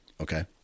Okay